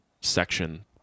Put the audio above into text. section